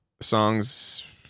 songs